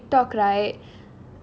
speaking of TikTok right